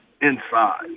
inside